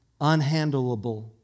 unhandleable